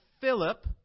Philip